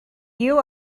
you